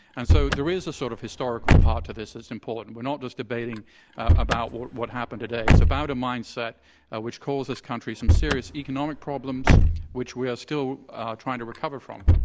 and so, there is sort of historical part to this. it's important. we're not just debating about what what happened today. it's about a mindset ah which causes countries some serious economic problems which we are still trying to recover from.